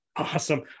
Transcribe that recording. Awesome